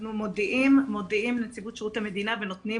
אנחנו מודיעים לנציבות שירות המדינה ונותנים